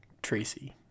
Tracy